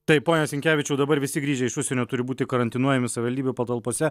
taip pone sinkevičiau dabar visi grįžę iš užsienio turi būti karantinuojami savivaldybių patalpose